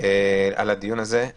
על הדיון הזה.